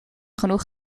genoeg